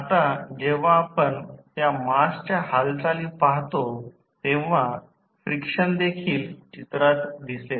आता जेव्हा आपण त्या मासच्या हालचाली पाहतो तेव्हा फ्रिक्शन देखील चित्रात दिसेल